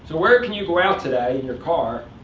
where can you go out today, in your car,